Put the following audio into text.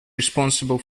responsible